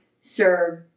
serve